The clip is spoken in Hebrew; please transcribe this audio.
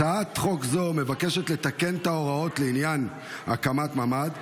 הצעת חוק זו מבקשת לתקן את ההוראות לעניין הקמת ממ"ד,